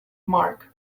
mark